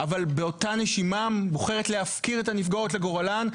אבל באותה נשימה בוחרת להפקיר את הנפגעות לגורלן,